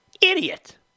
Idiot